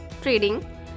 trading